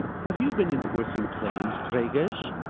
have you been enforcing claims, gregers?